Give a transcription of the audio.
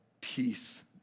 peace